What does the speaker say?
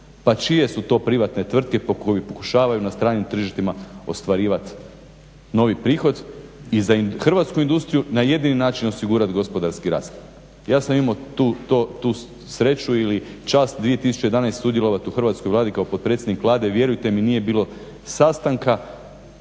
Pa čije su to privatne tvrtke koje pokušavaju na stranim tržištima ostvarivati novi prihod i za hrvatsku industriju na jedini način osigurati gospodarski rast? Ja sam imao tu sreću ili čast 2011. sudjelovati u Hrvatskoj vladi kao potpredsjednik Vlade, vjerujte mi nije bilo sastanka